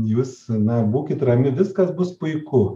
jūs na būkit rami viskas bus puiku